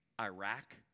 Iraq